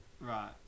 Right